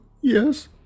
Yes